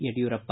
Yediyurappa